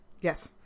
Yes